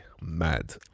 mad